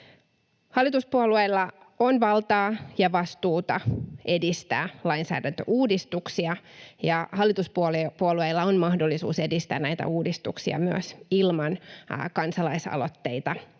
Hallituspuolueilla on valtaa ja vastuuta edistää lainsäädäntöuudistuksia, ja hallituspuolueilla on mahdollisuus edistää näitä uudistuksia myös ilman kansalaisaloitteita